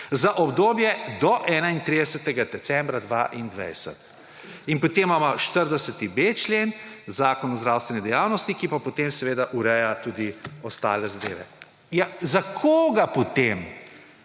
za obdobje do 31. decembra 2022«. in potem imamo 40.b člen, Zakon o zdravstveni dejavnosti, ki pa potem seveda ureja tudi ostale zadeve. Ja, za koga potem